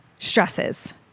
stresses